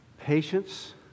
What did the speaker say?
patience